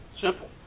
Simple